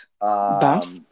bath